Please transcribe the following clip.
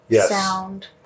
sound